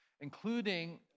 including